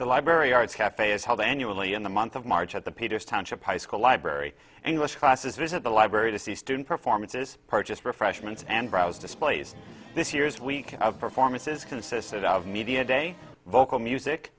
the library art cafe is held annually in the month of march at the peters township high school library english classes at the library to see student performances purchase refreshments and browse displays this year's week of performances consisted of media day vocal music